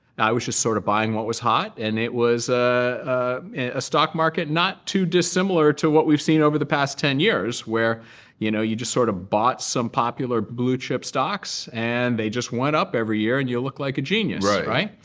i was just sort of buying what was hot. and it was a stock market not too dissimilar to what we've seen over the past ten years where you know you just sort of bought some popular blue chip stocks. and they just went up every year. and you look like a genius, right?